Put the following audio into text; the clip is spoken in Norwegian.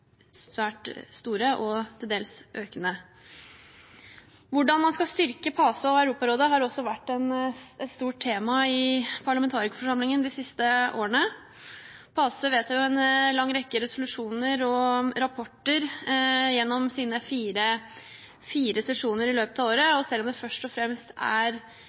svært store, og til dels økende. Hvordan man skal styrke PACE og Europarådet, har også vært et stort tema i parlamentarikerforsamlingen de siste årene. PACE vedtar en lang rekke resolusjoner og rapporter gjennom sine fire sesjoner i løpet av året. Og selv om det først og fremst er